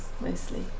mostly